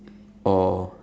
or